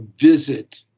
visit